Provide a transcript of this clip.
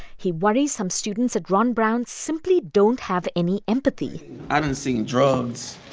he worries some students at ron brown simply don't have any empathy i done see drugs,